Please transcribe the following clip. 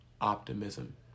optimism